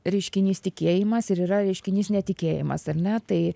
reiškinys tikėjimas ir yra reiškinys netikėjimas ar ne tai